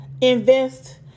invest